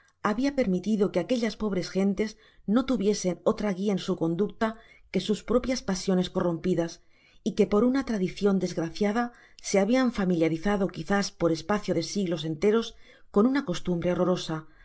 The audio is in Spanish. habia permitido que aquellas pobres gentes no tuviesen otra guia en su conducta que sus propias pasiones corrompidas y que por una tradicion desgraciada se habian familiarizado quizás per espacio de siglos enteras con una costumbre horrorosa